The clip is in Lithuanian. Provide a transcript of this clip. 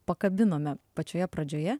pakabinome pačioje pradžioje